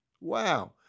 Wow